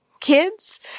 kids